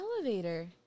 elevator